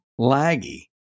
laggy